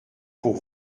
pour